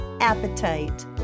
appetite